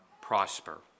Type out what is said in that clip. prosper